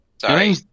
sorry